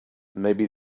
maybe